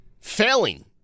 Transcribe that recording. failing